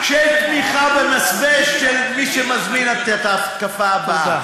של תמיכה במסווה של מי שמזמין את ההתקפה הבאה.